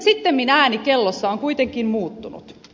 sittemmin ääni kellossa on kuitenkin muuttunut